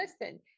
listen